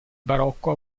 barocco